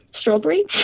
strawberry